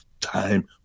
time